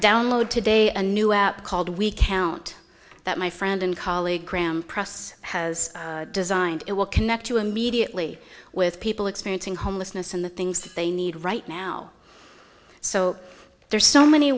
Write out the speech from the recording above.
download today a new app called we count that my friend and colleague graham press has designed it will connect you immediately with people experiencing homelessness and the things that they need right now so there are so many